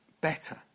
better